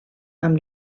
amb